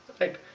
Right